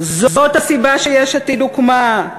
"זאת הסיבה שיש עתיד הוקמה,